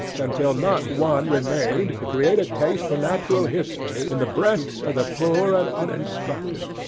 until not one remained to create a taste for natural history in the breasts of the poor and uninstructed.